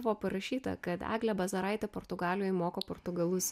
buvo parašyta kad eglė bazaraitė portugalijoj moko portugalus